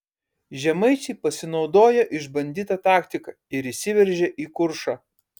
žemaičiai pasinaudojo išbandyta taktika ir įsiveržė į kuršą